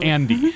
Andy